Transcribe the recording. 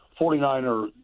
49er